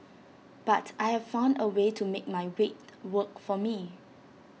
but I found A way to make my weight work for me